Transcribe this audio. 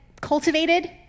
cultivated